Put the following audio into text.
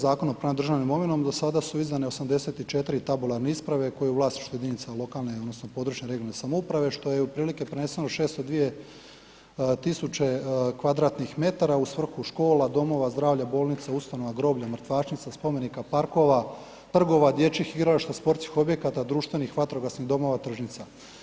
Zakona o upravljanju državnom imovinom do sada su izdane 84 tabularne isprave koje su u vlasništvu jedinice lokalne samouprave odnosno područne, regionalne što je otprilike preneseno 602 tisuće kvadratnih metara u svrhu škola, domova zdravlja, ustanova, groblja, mrtvačnica, spomenika, parkova, trgova, dječjih igrališta, sportskih objekata, društvenih vatrogasnih domova, tržnica.